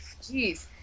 Jeez